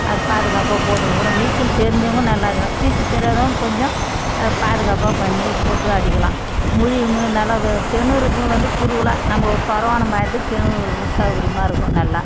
அது பாதுகாப்பாக போட்டுன்னு கூட நீச்சல் தெரிஞ்சவங்க நல்லா நீச்சல் தெரியாதவங்க கொஞ்சம் அது பாதுகாப்பாக பண்ணி போட்டு அடிக்கலாம் முழுகி மு நல்லா வ கிணறுங்க வந்து குறுவலாக நம்ம ஒரு சொரவா நம்ப இதுக்கு சௌரியமாக இருக்கும் நல்லா